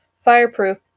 Fireproof